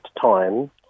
time